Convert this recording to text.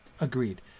agreed